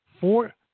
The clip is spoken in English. Four